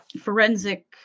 forensic